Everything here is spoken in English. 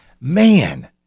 Man